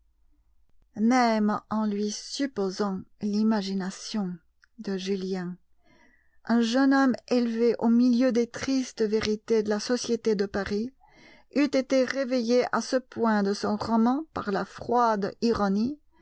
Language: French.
même en lui supposant l'imagination de julien un jeune homme élevé au milieu des tristes vérités de la société de paris eût été réveillé à ce point de son roman par la froide ironie